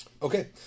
Okay